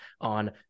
on